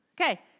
Okay